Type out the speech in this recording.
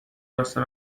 واسه